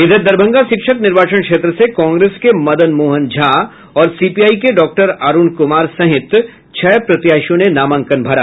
इधर दरभंगा शिक्षक निर्वाचन क्षेत्र से कांग्रेस के मदन मोहन झा और सीपीआई के डॉक्टर अरूण कुमार सहित छह प्रत्याशियों ने नामांकन भरा